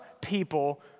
people